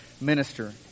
minister